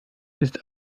ist